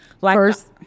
First